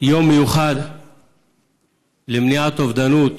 יום מיוחד למניעת אובדנות